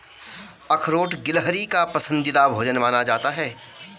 अखरोट गिलहरी का पसंदीदा भोजन माना जाता है